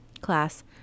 class